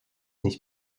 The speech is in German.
nicht